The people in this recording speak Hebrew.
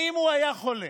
אם הוא היה חולה,